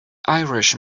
irish